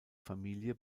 familie